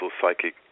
psychic